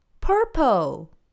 Purple